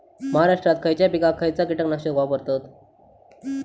महाराष्ट्रात खयच्या पिकाक खयचा कीटकनाशक वापरतत?